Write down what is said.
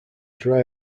dry